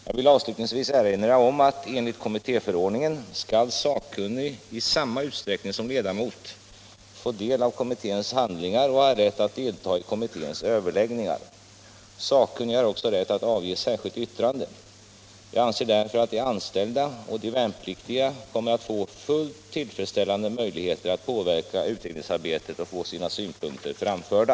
Jag vill avslutningsvis erinra om att enligt kommittéförordningen skall sakkunnig i samma utsträckning som ledamot få del av kommitténs handlingar och ha rätt att delta i kommitténs överläggningar. Sakkunnig har också rätt att avge särskilt yttrande. Jag anser därför att de anställda och de värnpliktiga kommer att få fullt tillfredsställande möjligheter att påverka utredningsarbetet och få sina synpunkter framförda.